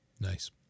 Nice